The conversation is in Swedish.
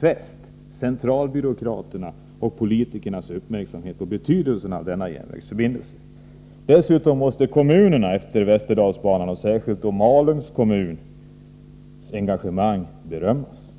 fäst centralbyråkraternas och politikernas uppmärksamhet på betydelsen av denna järnvägsförbindelse. Dessutom måste det engagemang som uppbådats i kommunerna utefter Västerdalsbanan, särskilt då Malungs kommun, berömmas.